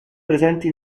presenti